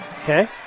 Okay